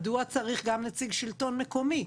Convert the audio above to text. מדוע צריך גם נציג שלטון מקומי?